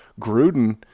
Gruden